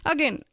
Again